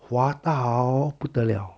滑倒 hor 不得了